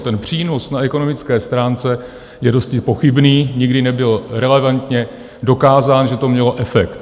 Ten přínos na ekonomické stránce je dosti pochybný, nikdy nebyl relevantně dokázán, že to mělo efekt.